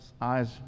eyes